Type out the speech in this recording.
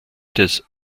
des